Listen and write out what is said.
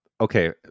okay